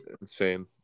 insane